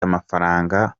amafranga